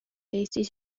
eestis